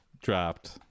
dropped